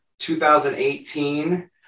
2018